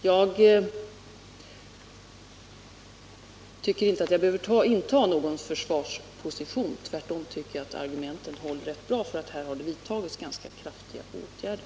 Jag tycker inte att jag behöver inta någon försvarsposition. Tvärtom tycker jag att argumenten håller rätt bra, för här har det vidtagits ganska kraftiga åtgärder.